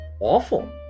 Awful